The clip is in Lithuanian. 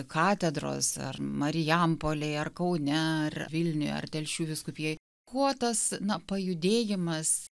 katedros ar marijampolėj ar kaune ar vilniuj ar telšių vyskupijoj kuo tas na pajudėjimas